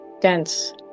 dense